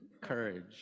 courage